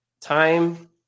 time